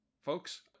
Folks